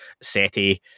SETI